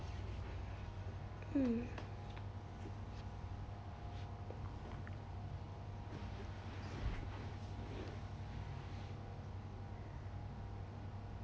mm